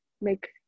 make